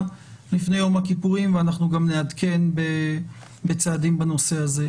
לפני יום הכיפורים ואנחנו גם נעדכן בצעדים בנושא הזה.